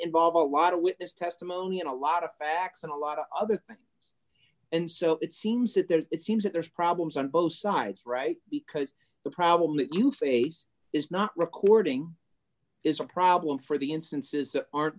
involve a lot of witness testimony and a lot of facts a lot of other and so it seems that there's it seems that there's problems on both sides right because the problem that you face is not recording is a problem for the instances that aren't